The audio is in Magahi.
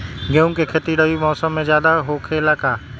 गेंहू के खेती रबी मौसम में ज्यादा होखेला का?